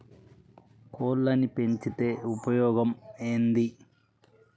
కోళ్లని పెంచితే ఉపయోగం ఏంది?